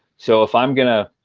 so if i'm going to